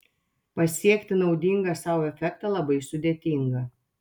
pasiekti naudingą sau efektą labai sudėtinga